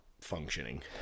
functioning